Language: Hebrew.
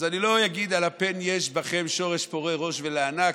אז אני לא אגיד על ה"פן יש בכם שורש פורה ראש ולענה",